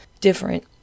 different